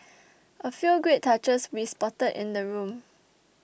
a few great touches we spotted in the room